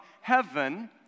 heaven